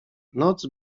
noc